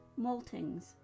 maltings